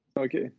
Okay